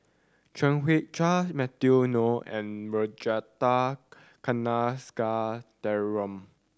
Chan Heng Chee Matthew Ngui and Ragunathar Kanagasuntheram